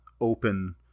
open